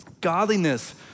godliness